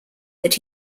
that